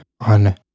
on